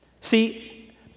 See